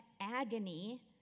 agony